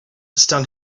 stung